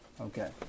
Okay